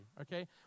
Okay